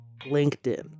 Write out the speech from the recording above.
LinkedIn